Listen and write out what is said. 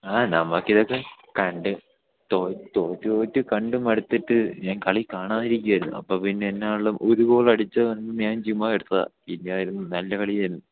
ആ നമുക്കിതൊക്കെ കണ്ട് തോറ്റു തോറ്റു തോറ്റു കണ്ടു മടുത്തിട്ട് ഞാൻ കളി കാണാതിരിക്കുകയായിരുന്നു അപ്പോള് പിന്നെ എന്താണെങ്കിലും ഒരു ഗോൾ അടിച്ചതുകൊണ്ടു ഞാൻ ചുമ്മാതെ എടുത്തതാണ് പിന്നെ നല്ല കളിയായിരുന്നു